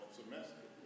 semester